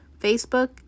Facebook